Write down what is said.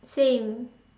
same